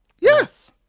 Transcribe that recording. yes